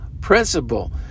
principle